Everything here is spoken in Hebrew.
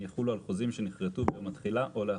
יחולו על חוזים שנכרתו ביום התחילה או לאחריו.